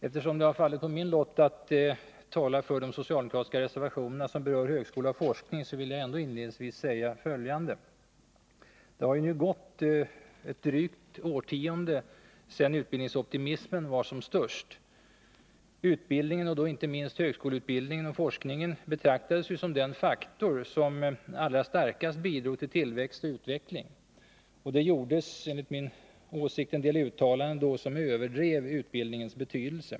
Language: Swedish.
Eftersom det har fallit på min lott att tala för de socialdemokratiska reservationer som berör högskola och forskning, vill jag ändå inledningsvis säga följande. Det har nu gått drygt ett årtionde sedan utbildningsoptimismen var som störst. Utbildningen, och då inte minst högskoleutbildning och forskning, betraktades som den faktor som allra starkast bidrog till tillväxt och utveckling. Det gjordes enligt min åsikt en del uttalanden då som överdrev utbildningens betydelse.